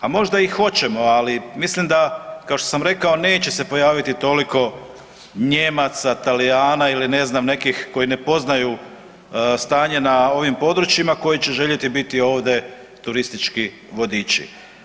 A možda i hoćemo, ali mislim da kao što sam rekao kao neće se pojaviti toliko Nijemaca, Talijana ili ne znam nekih koji ne poznaju stanje na ovim područjima koji će željeti biti ovdje turistički vodiči.